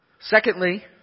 Secondly